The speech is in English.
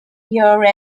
year